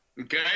Okay